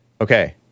Okay